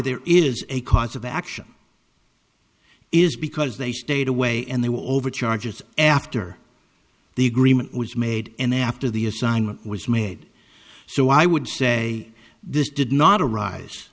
there is a cause of action is because they stayed away and they were over charges after the agreement was made and after the assignment was made so i would say this did not arise